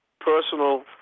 personal